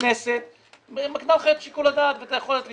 הכנסת מקנה לך את שיקול הדעת ואת היכולת לשקול,